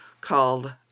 called